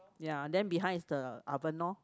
ya then behind is the oven loh